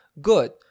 good